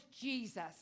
Jesus